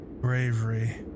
Bravery